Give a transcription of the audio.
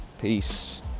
Peace